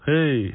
Hey